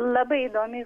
labai įdomi